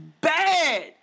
bad